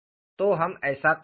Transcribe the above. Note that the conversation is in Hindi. तो हम ऐसा करेंगे